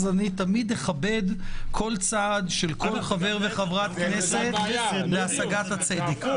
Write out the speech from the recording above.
אני תמיד אכבד כל צעד של כל חבר וחברת כנסת להשגת הצדק.